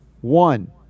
one